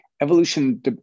Evolution